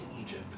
Egypt